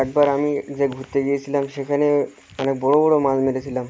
একবার আমি যে ঘুরতে গিয়েছিলাম সেখানে অনেক বড়ো বড়ো মাছ মেরেছিলাম